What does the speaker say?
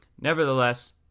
Nevertheless